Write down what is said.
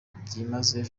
byimazeyo